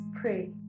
pray